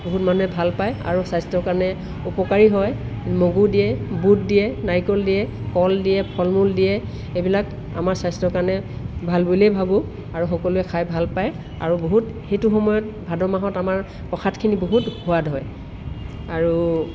বহুত মানুহে ভাল পায় আৰু স্বাস্থ্যৰ কাৰণে উপকাৰী হয় মগু দিয়ে বুট দিয়ে নাৰিকল দিয়ে কল দিয়ে ফল মূল দিয়ে এইবিলাক আমাৰ স্বাস্থ্যৰ কাৰণে ভাল বুলিয়ে ভাবোঁ আৰু সকলোৱে খাই ভাল পায় আৰু বহুত সেইটো সময়ত ভাদ মাহত আমাৰ প্ৰসাদখিনি বহুত সোৱাদ হয় আৰু